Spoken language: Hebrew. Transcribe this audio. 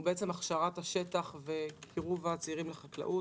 הוא הכשרת השטח וקירוב הצעירים לחקלאות.